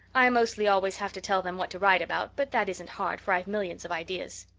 i mostly always have to tell them what to write about, but that isn't hard for i've millions of ideas.